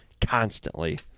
constantly